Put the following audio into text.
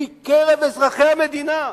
מקרב אזרחי המדינה,